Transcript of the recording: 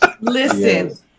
Listen